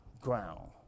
ground